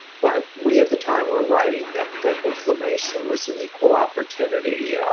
but we at the time were writing that that inflammation was an equal opportunity, yeah